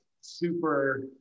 super